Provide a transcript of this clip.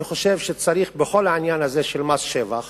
אני חושב שכל העניין הזה, של מס שבח